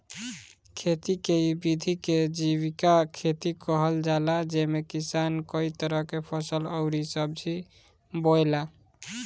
खेती के इ विधि के जीविका खेती कहल जाला जेमे किसान कई तरह के फसल अउरी सब्जी बोएला